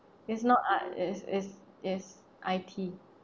it's not art is is is I_T